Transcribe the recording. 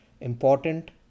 important